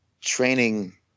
training